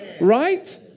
right